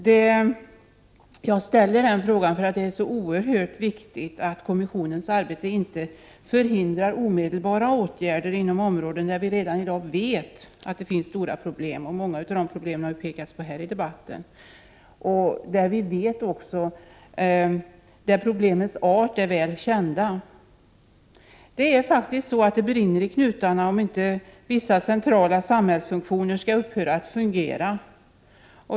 Jag vill gärna få ett besked på den punkten, för det är oerhört viktigt att kommissionens arbete inte förhindrar omedelbara åtgärder inom områden där vi redan i dag vet att det finns stora problem och där problemens art är väl känd. Många av de problemen har ju förts fram här i debatten. Det brinner i knutarna, om inte vissa centrala samhällsfunktioner skall upphöra att fungera.